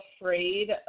afraid